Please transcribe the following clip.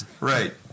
Right